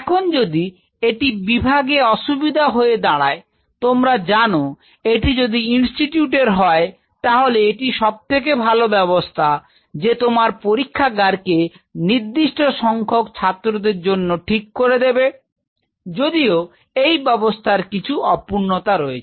এখন যদি এটি বিভাগে অসুবিধা হয়ে দাঁড়ায় তোমরা জানো এটি যদি ইনস্টিটিউটের হয় তাহলে এটি সবথেকে ভালো ব্যবস্থা যে তোমার পরীক্ষাগার কে নির্দিষ্ট সংখ্যক ছাত্রদের জন্য ঠিক করে দেবে যদিও এই ব্যবস্থার কিছু অপূর্ণতা রয়েছে